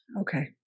Okay